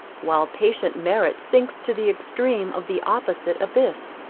while patient merit sinks to the extreme of the opposite abyss.